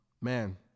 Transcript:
man